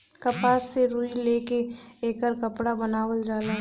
कपास से रुई ले के एकर कपड़ा बनावल जाला